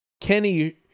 Kenny